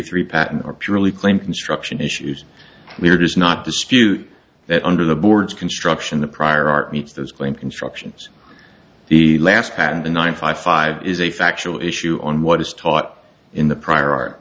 three patent are purely claim construction issues we're does not dispute that under the board's construction the prior art meets those claim constructions the last patent the nine five five is a factual issue on what is taught in the prior art